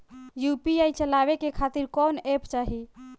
UPI चलवाए के खातिर कौन एप चाहीं?